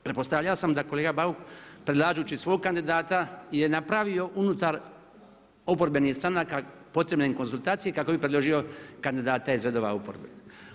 Pretpostavljao sam da kolega Bauk, predlažući svog kandidata, je napravio, unutar oporbenih stranka, potrebne konzultacije, kako bi predložio kandidate iz redova oporbe.